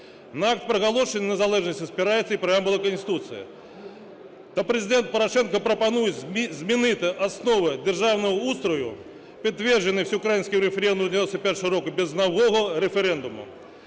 На Акт проголошення незалежності спирається і Преамбула Конституції. Та Президент Порошенко пропонує змінити основи державного устрою, підтверджені всеукраїнським референдумом 91-го року, без нового референдуму.